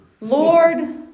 Lord